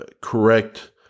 correct